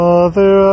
Mother